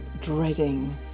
dreading